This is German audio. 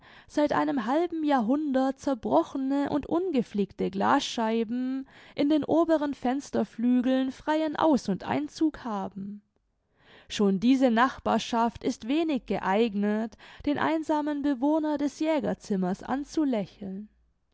seit einem halben jahrhundert zerbrochene und ungeflickte glasscheiben in den oberen fensterflügeln freien aus und einzug haben schon diese nachbarschaft ist wenig geeignet den einsamen bewohner des jägerzimmers anzulächeln